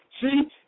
See